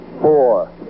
four